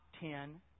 ten